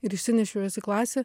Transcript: ir išsinešiau juos į klasę